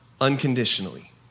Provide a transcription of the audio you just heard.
unconditionally